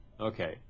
okay